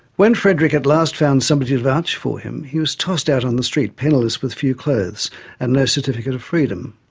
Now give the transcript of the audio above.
when frederick at last found somebody to vouch for him, he was tossed out on the street, penniless, with few clothes and no certificate of freedom!